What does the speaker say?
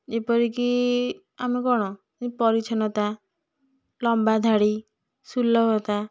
ଯେପରିକି ଆମେ କ'ଣ ପରିଚ୍ଛନ୍ନତା ଲମ୍ବା ଧାଡ଼ି ସୁଲଭତା